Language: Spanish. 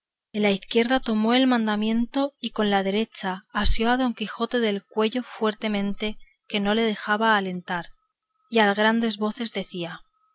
la izquierda tomó el mandamiento y con la derecha asió a don quijote del cuello fuertemente que no le dejaba alentar y a grandes voces decía